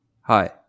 Hi